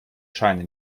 scheine